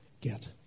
get